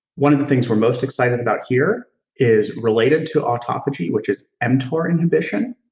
one of the things we're most excited about here is related to autophagy which is mtor inhibition,